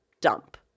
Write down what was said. dump